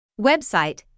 Website